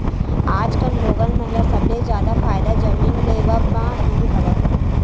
आजकल लोगन मन ल सबले जादा फायदा जमीन लेवब म ही हवय